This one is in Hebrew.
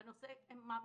על כך שהם מעמיסים,